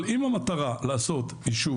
אבל אם המטרה היא לעשות יישוב,